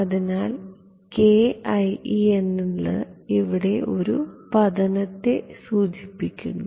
അതിനാൽ എന്നത് ഇവിടെയുള്ള പതനത്തെ സൂചിപ്പിക്കുന്നു